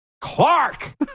Clark